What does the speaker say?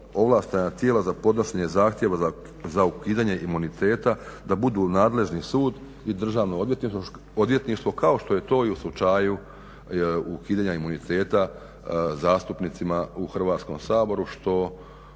ovlaštena tijela za podnošenje zahtjeva za ukidanje imuniteta da budu nadležni sud i Državno odvjetništvo kao što je to i u slučaju ukidanja imuniteta zastupnicima u Hrvatskom saboru